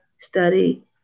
study